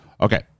Okay